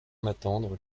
m’attendre